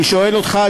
אני שואל אותך,